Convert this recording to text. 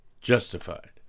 justified